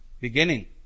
beginning